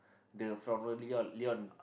the from the Leon Leon